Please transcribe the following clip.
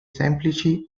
semplici